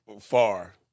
far